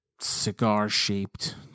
cigar-shaped